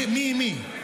מי עם מי?